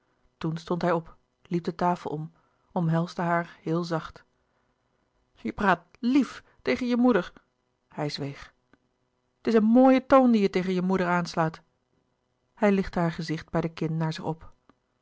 toen stond hij op liep de tafel om omhelsde haar heel zacht je praat lief tegen je moeder hij zweeg het is een mooie toon die je tegen je moeder aanslaat hij lichtte haar gezicht bij de kin naar zich op